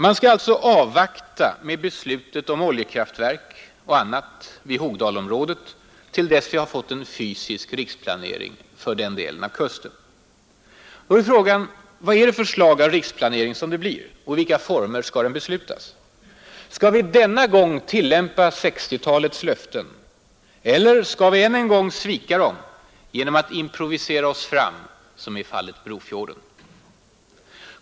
Man skall alltså vänta med beslutet om oljekraftverk och annat vid Hogdalsområdet till dess vi fått en fysisk riksplanering för den delen av kusten. Då är frågan: Vad för slag av riksplanering blir det, och i vilka former skall den beslutas? Skall vi denna gång tillämpa 1960-talets löften — eller skall vi än en gång svika dem genom att improvisera oss fram som i fallet Brofjorden?